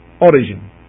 origin